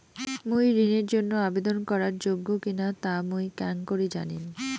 মুই ঋণের জন্য আবেদন করার যোগ্য কিনা তা মুই কেঙকরি জানিম?